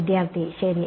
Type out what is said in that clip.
വിദ്യാർത്ഥി ശരി